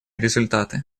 результаты